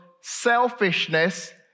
selfishness